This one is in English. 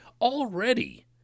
Already